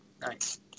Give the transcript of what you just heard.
Nice